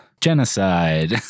genocide